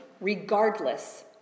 regardless